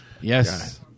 Yes